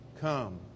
come